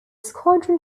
squadron